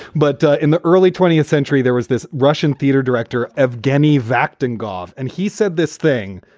but in the early twentieth century, there was this russian theater director of jenny vakhtang goffe. and he said this thing,